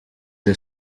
the